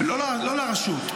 לא לרשות,